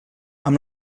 amb